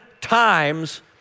times